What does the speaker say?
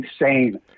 insane